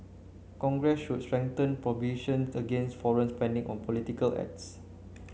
congress should strengthen prohibitions against foreign spending on political ads